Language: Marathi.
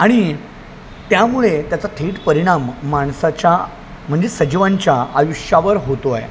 आणि त्यामुळे त्याचा थेट परिणाम माणसाच्या म्हणजे सजीवांच्या आयुष्यावर होतो आहे